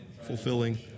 fulfilling